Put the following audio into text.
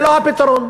הפתרון.